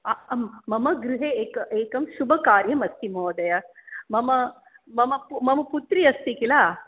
मम गृहे एकं एकं शुभकार्यमस्ति महोदय मम मम मम पुत्री अस्ति किल